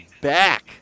back